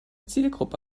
zielgruppe